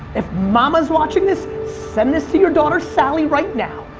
if momma's watching this, send this to your daughter sally right now.